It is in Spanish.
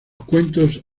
cuentos